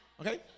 Okay